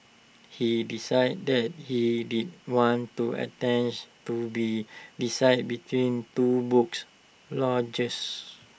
he decided that he didn't want to attention to be decided between two books launches